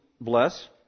bless